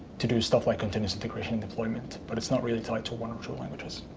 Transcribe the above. to do stuff like continuous integration and deployment. but it's not really tied to one or two languages.